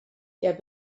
der